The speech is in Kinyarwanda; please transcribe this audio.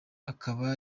akaba